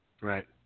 Right